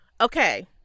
okay